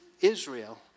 Israel